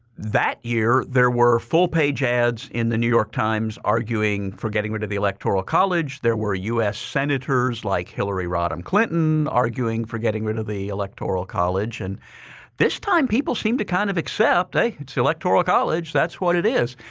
that year, there were full-page ads in the new york times arguing for getting rid of the electoral college that were us senators like hillary rodham clinton arguing for getting rid of the electoral college. and this time, people seemed to kind of accept. hey, it's the electoral college. that's what it is.